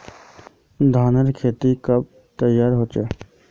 धानेर खेती कब तैयार होचे?